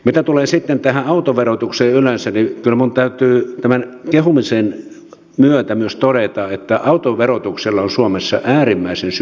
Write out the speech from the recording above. mitä tulee sitten tähän autoverotukseen yleensä niin kyllä minun täytyy tämän kehumisen myötä myös todeta että autoverotuksella on suomessa äärimmäisen synkkä historia